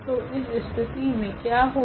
तो इस स्थिति मे क्या होगा